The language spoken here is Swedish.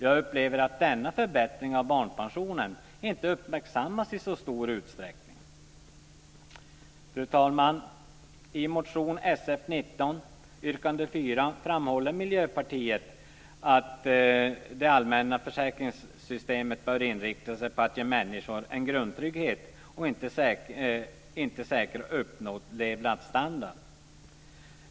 Jag upplever att denna förbättring av barnpensionen inte har uppmärksammats i så stor utsträckning. Miljöpartiet att det allmänna försäkringssystemet bör inrikta sig på att ge människor en grundtrygghet och inte säkra uppnådd levnadsstandard.